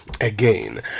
again